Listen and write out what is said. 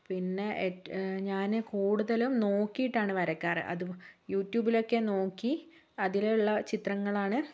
പിന്നെ ഞാൻ കൂടുതലും നോക്കിയിട്ടാണ് വരയ്ക്കാറ് അത് യൂട്യൂബിലൊക്കെ നോക്കി അതിലുള്ള ചിത്രങ്ങളാണ്